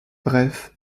bref